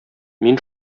мин